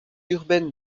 urbaine